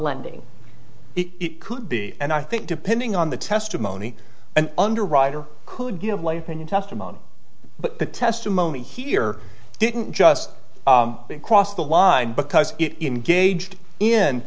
lending it could be and i think depending on the testimony an underwriter could give life in your testimony but the testimony here didn't just cross the line because in gauged in